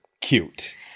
cute